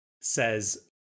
says